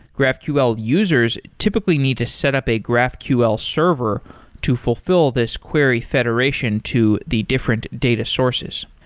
graphql users typically need to setup a graphql server to fulfill this query federation to the different data sources.